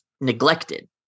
neglected